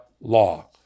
law